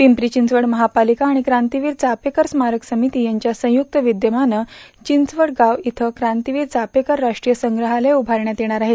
पिंपरी चिंचवड महापालिका आणि क्रांतीवीर चपेकर स्मारक समिती यांच्या संयुक्त विघमाने चिंचवडगाव इयं क्रांतीवीर चापेकर राष्ट्रीय संप्रहालय उभारण्यात येणार आहे